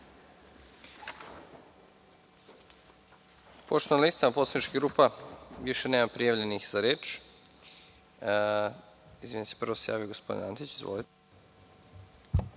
Pošto na listama poslaničkih grupa više nema prijavljenih za reč…Izvinjavam se, upravo se javio gospodin Antić. Izvolite.